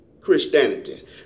Christianity